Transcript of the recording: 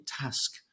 task